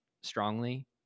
strongly